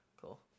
cool